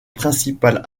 principales